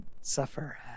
suffer